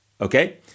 Okay